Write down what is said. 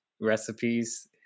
recipes